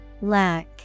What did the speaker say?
Lack